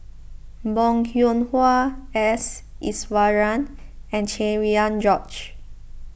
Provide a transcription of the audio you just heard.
Bong Hiong Hwa S Iswaran and Cherian George